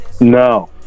No